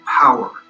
power